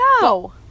No